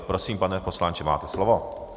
Prosím, pane poslanče, máte slovo.